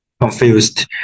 confused